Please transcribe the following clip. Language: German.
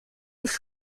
nicht